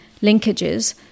linkages